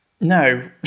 No